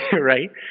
right